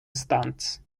stunts